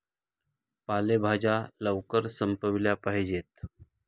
पालेभाज्या लवकर संपविल्या पाहिजेत